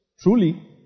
Truly